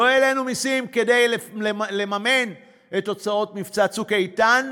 לא העלינו מסים כדי לממן את הוצאות מבצע "צוק איתן"